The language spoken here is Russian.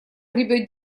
гребёт